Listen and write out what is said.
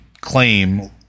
claim